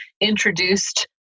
introduced